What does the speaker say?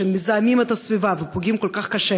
המזהמים את הסביבה ופוגעים כל כך קשה